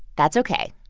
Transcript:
that's ok.